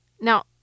Now